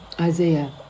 Isaiah